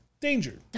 danger